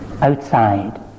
outside